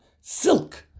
silk